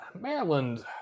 Maryland